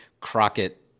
Crockett